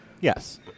Yes